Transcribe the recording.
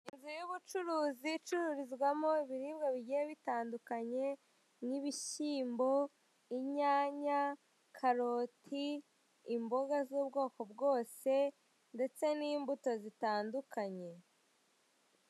Inzu y'ubucuruzi icururizwamo ibiribwa bigiye bitandukanye nk'ibishyimbo, inyanya, karoti, imboga z'ubwoko bwose ndetse n'imbuto zitandukanye.